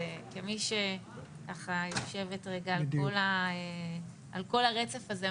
כמי שיושבת רגע על כל הרצף הזה,